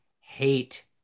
hate